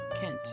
Kent